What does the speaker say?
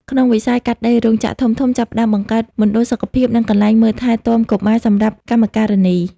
ក្នុងវិស័យ កាត់ដេរ រោងចក្រធំៗចាប់ផ្ដើមបង្កើតមណ្ឌលសុខភាព និងកន្លែងមើលថែទាំកុមារសម្រាប់កម្មការិនី។